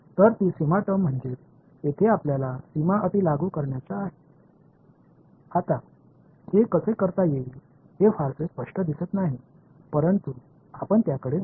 तर ती सीमा टर्म म्हणजेच जेथे आपल्याला सीमा अटी लागू करायच्या आहेत आत्ता हे कसे करता येईल हे फारसे स्पष्ट दिसत नाही परंतु आपण त्याकडे जाऊया